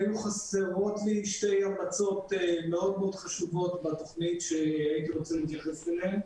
היו חסרות שתי המלצות חשובות מאוד בתוכנית שהייתי רוצה להתייחס אליהן.